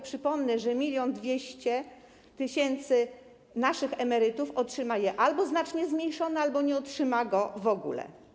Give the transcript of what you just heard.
Przypomnę, że 1200 tys. naszych emerytów otrzyma je albo znacznie zmniejszone, albo nie otrzyma go w ogóle.